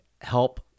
help